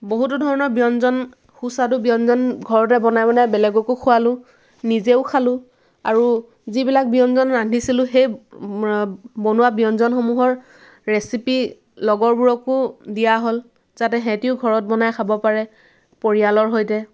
বহুতো ধৰণৰ ব্যঞ্জন সুস্বাদু ব্যঞ্জন ঘৰতে বনাই বনাই বেলেগকো খুৱালোঁ নিজেও খালোঁ আৰু যিবিলাক ব্যঞ্জন ৰান্ধিছিলোঁ সেই বনোৱা ব্যঞ্জনসমূহৰ ৰেচিপি লগৰবোৰকো দিয়া হ'ল যাতে হেঁতিও ঘৰত বনাই খাব পাৰে পৰিয়ালৰ সৈতে